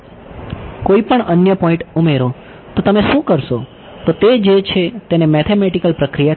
કોઈપણ અન્ય પોઈન્ટ પ્રક્રિયા કહેવાય